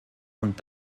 und